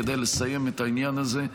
כדי לסיים את העניין הזה.